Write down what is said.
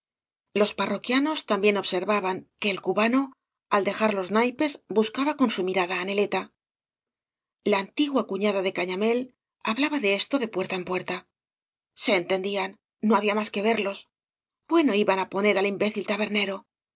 los parroquianos también observaban que el cubano al dejar los naipes buscaba con su mirada neleta la antigua cuñada de cañamél hablaba de esto de puerta en puerta se entendían no había mas que verlos bueno iban á poner al imbécil ta